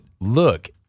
look